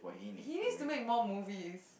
he needs to make more movies